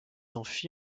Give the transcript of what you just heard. enfui